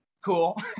cool